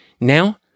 Now